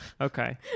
Okay